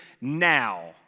now